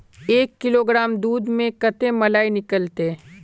एक किलोग्राम दूध में कते मलाई निकलते?